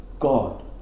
God